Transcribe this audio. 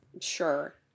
Sure